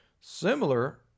similar